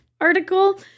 article